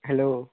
hello